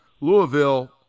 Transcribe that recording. Louisville